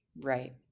Right